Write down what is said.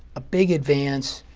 a big advance,